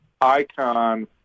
icon